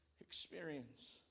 experience